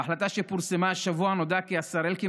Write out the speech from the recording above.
בהחלטה שפורסמה השבוע נודע כי השר אלקין